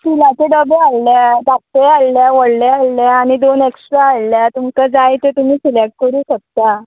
स्टिलाचे डबे हाडले धाकटे हाडल्या व्हडले हाडल्या आनी दोन एक्स्ट्रा हाडल्या तुमकां जाय ते तुमी सिलेक्ट करूं शकता